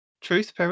Truth